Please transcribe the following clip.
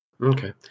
Okay